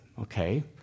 okay